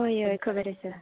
होय होय खबर आसा